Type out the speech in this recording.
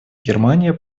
германия